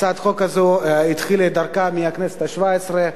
הצעת החוק הזאת התחילה את דרכה בכנסת השבע-עשרה.